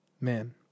man